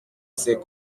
ses